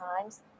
times